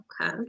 Okay